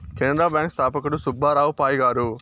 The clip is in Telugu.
కెనరా బ్యాంకు స్థాపకుడు సుబ్బారావు పాయ్ గారు